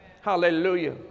hallelujah